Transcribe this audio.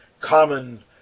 common